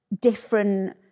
different